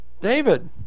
David